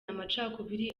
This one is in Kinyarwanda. amacakubiri